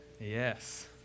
Yes